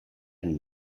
and